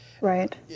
Right